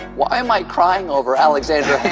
why am i crying over alexander